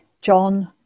John